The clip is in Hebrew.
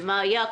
ומה היה?